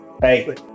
Hey